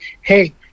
hey